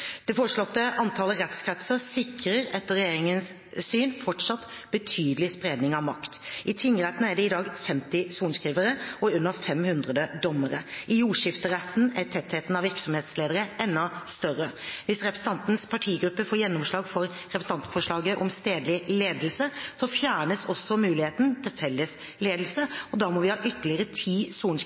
Det foreslåtte antallet rettskretser sikrer etter regjeringens syn fortsatt betydelig spredning av makt. I tingrettene er det i dag 50 sorenskrivere og under 500 dommere. I jordskifterettene er tettheten av virksomhetsledere enda større. Hvis representantens partigruppe får gjennomslag for representantforslaget om stedlig ledelse, fjernes også muligheten til felles ledelse, og da må vi ha ytterligere